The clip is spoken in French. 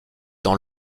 dans